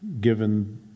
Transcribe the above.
given